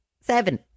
seven